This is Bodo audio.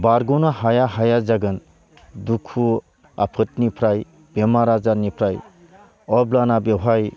बारग'नो हाया हाया जागोन दुखु आफोदनिफ्राय बेमार आजारनिफ्राय अब्लाना बेवहाय